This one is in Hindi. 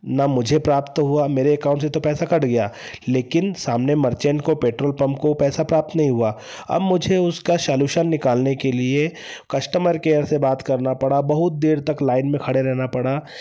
न मुझे प्राप्त हुआ मेरे अकाउंट से तो पैसा कट गया लेकिन सामने मर्चेंट को पेट्रोल पम्प को वह पैसा प्राप्त नहीं हुआ अब मुझे इसका शाल्यूशन निकालने के लिए कस्टमर केयर से बात करना पड़ा बहुत देर तक लाइन में खड़े रहना पड़ा